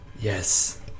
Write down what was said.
Yes